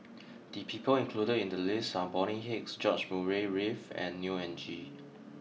the people included in the list are Bonny Hicks George Murray Reith and Neo Anngee